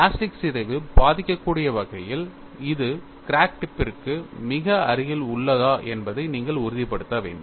plastic சிதைவு பாதிக்கக்கூடிய வகையில் இது கிராக் டிப்பிற்கு மிக அருகில் உள்ளதா என்பதை நீங்கள் உறுதிப்படுத்த வேண்டும்